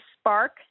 spark